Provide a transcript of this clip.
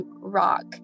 rock